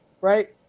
right